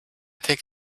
think